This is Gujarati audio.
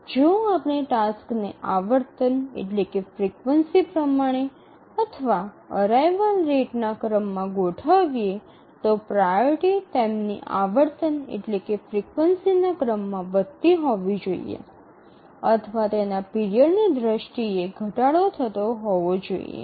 જો આપણે ટાસક્સને આવર્તન પ્રમાણે અથવા અરાઇવલ રેટના ક્રમમાં ગોઠવીએ તો પ્રાઓરિટી તેમની આવર્તન ના ક્રમમાં વધતી હોવી જોઈએ અથવા તેમના પીરિયડની દ્રષ્ટિએ ઘટાડો થવો જોઈએ